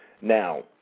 Now